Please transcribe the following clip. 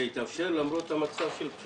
סעיף 46 יתאפשר למרות הבחירות?